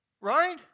Right